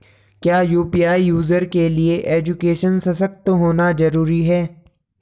क्या UPI user के लिए एजुकेशनल सशक्त होना जरूरी है?